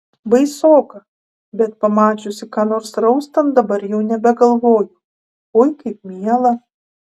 baisoka bet pamačiusi ką nors raustant dabar jau nebegalvoju oi kaip miela